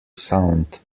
sound